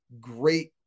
great